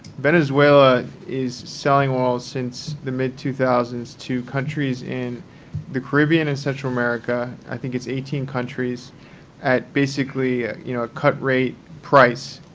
venezuela is selling all since the mid two thousand s to countries in the caribbean and central america. i think it's eighteen countries at, basically, you know a cut-rate price.